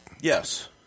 Yes